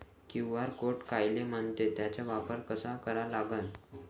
QR code कायले म्हनते, त्याचा वापर कसा करा लागन?